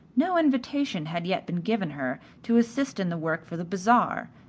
no invitation had yet been given her to assist in the work for the bazaar,